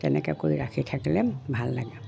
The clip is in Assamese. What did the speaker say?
তেনেকৈ কৰি ৰাখি থাকিলে ভাল লাগে